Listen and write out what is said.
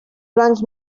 runs